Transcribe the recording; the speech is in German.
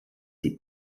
die